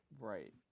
right